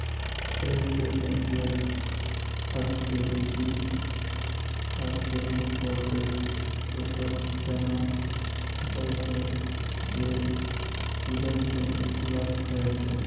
क्रस्टेशियंसक अकशेरुकी आर्थ्रोपोडेर रूपत जाना जा छे जे कीडा से अलग ह छे